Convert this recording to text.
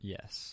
Yes